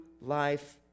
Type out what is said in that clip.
life